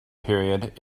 period